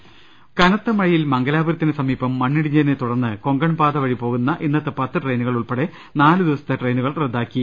രുട്ട്ട്ട്ട്ട്ട്ട്ട കനത്ത മഴയിൽ മംഗലാപുരത്തിന് സമീപം മണ്ണിടിഞ്ഞതിനെ തുടർന്ന് കൊങ്കൺപാത വഴി പോകുന്ന ഇന്നത്തെ പത്ത് ട്രെയിനുകൾ ഉൾപ്പെടെ നാല് ദിവസത്തെ ട്രെയിനുകൾ റദ്ദാക്കി